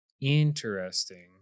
Interesting